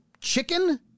chicken